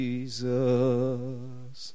Jesus